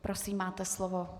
Prosím, máte slovo.